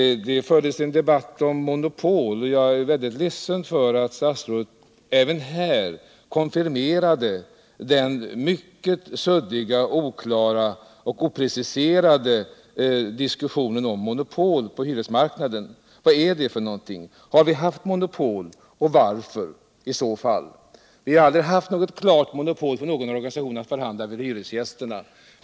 Det har förts en debatt om monopol. och jag är mycket ledsen över att statsrådet även här konfirmerade den mycket suddiga och opreciserade diskussionen om monopol på hyresmarknaden. Vad är det egentligen fråga om”? Har vi haft monopol och i så fall varför? Det har aldrig funnits något klart monopol för någon organisation att förhandla för hyresgästerna.